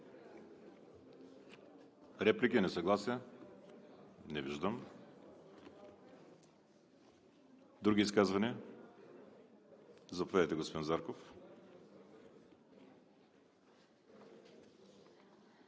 Реплики? Несъгласия? Не виждам. Други изказвания? Заповядайте, господин Зарков.